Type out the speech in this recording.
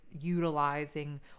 utilizing